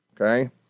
okay